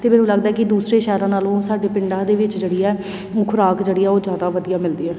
ਅਤੇ ਮੈਨੂੰ ਲੱਗਦਾ ਕਿ ਦੂਸਰੇ ਸ਼ਹਿਰਾਂ ਨਾਲੋਂ ਸਾਡੇ ਪਿੰਡਾਂ ਦੇ ਵਿੱਚ ਜਿਹੜੀ ਆ ਖ਼ੁਰਾਕ ਜਿਹੜੀ ਆ ਉਹ ਜ਼ਿਆਦਾ ਵਧੀਆ ਮਿਲਦੀ ਹੈ